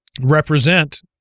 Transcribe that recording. represent